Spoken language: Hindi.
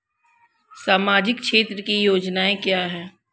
सामाजिक क्षेत्र की योजनाएं क्या हैं?